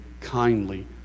Kindly